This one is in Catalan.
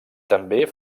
també